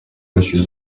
monsieur